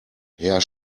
herr